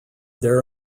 there